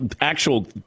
actual